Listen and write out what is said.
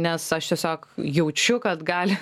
nes aš tiesiog jaučiu kad gali